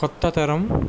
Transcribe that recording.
కొత్తతరం